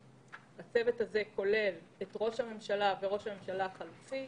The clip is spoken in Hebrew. הצוות הזה כולל את ראש הממשלה ואת ראש הממשלה החלופי,